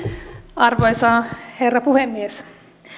arvoisa herra puhemies